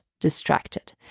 distracted